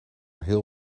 heel